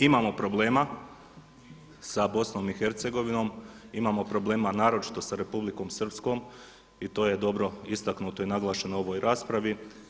Imamo problema sa Bosnom i Hercegovinom, imamo problema naročito sa Republikom Srpskom i to je dobro istaknuto i naglašeno u ovoj raspravi.